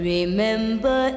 Remember